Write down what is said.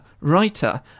writer